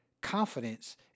confidence